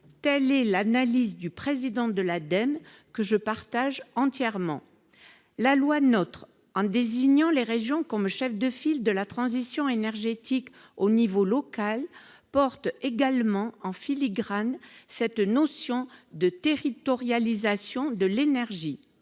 telle est l'analyse du président de l'ADEME, que je partage entièrement. La loi NOTRe, en désignant les régions comme chef de file de la transition énergétique à l'échelon local, porte également, en filigrane, cette notion de territorialisation de l'énergie.